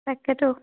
তাকেটো